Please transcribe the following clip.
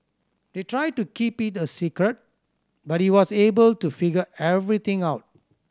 they tried to keep it a secret but he was able to figure everything out